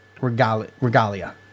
Regalia